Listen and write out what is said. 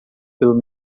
pelo